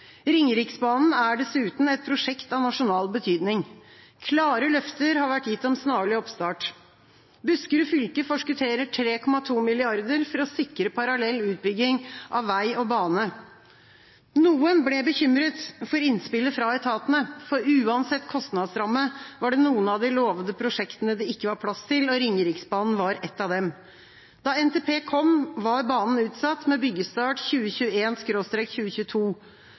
Ringeriksbanen er dessuten et prosjekt av nasjonal betydning, og klare løfter har vært gitt om snarlig oppstart. Buskerud fylke forskutterer 3,2 mrd. kr for å sikre parallell utbygging av vei og bane. Noen ble bekymret for innspillet fra etatene, for uansett kostnadsramme var det noen av de lovede prosjektene det ikke var plass til, og Ringeriksbanen var ett av dem. Da NTP kom, var banen utsatt, med byggestart